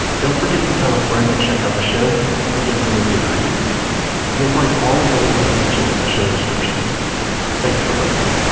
don't forget to tell a friend to check out the show and give us a review in itunes you'll find all of the links i mentioned in the show description thanks for listening